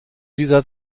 dieser